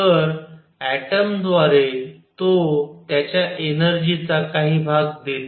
तर ऍटम द्वारे तो त्याच्या एनर्जीचा काही भाग देतो